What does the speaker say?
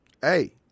hey